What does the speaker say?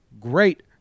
great